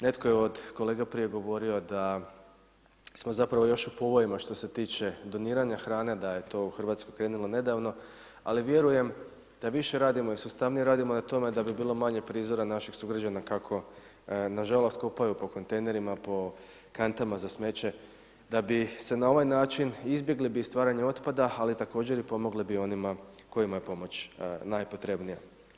Netko je od kolega prije govorio da smo zapravo još u povojima što se tiče doniranja hrane da je to u Hrvatskoj krenulo nedavno, ali vjerujemo da više radimo i sustavnije radimo na tome da bi bilo manje prizora naših sugrađana kako na žalost kopaju po kontejnerima, po kantama za smeće da bi se na ovaj način izbjegli bi stvaranje otpada ali također i pomogli bi onima kojima je pomoć najpotrebnija.